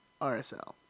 RSL